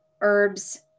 herbs